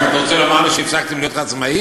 אתה רוצה לומר לי שהפסקתם להיות עצמאים?